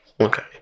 Okay